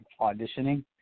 auditioning